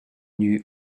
gnü